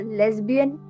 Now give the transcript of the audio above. lesbian